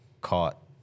caught